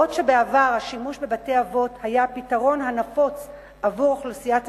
בעוד שבעבר השימוש בבתי-אבות היה הפתרון הנפוץ עבור אוכלוסיית הזקנים,